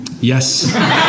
Yes